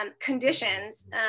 conditions